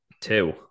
Two